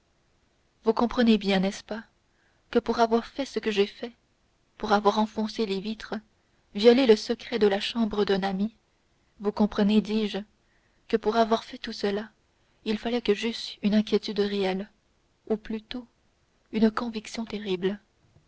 vous comprenez bien n'est-ce pas que pour avoir fait ce que j'ai fait pour avoir enfoncé des vitres violé le secret de la chambre d'un ami vous comprenez dis-je que pour avoir fait tout cela il fallait que j'eusse une inquiétude réelle ou plutôt une conviction terrible